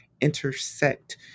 intersect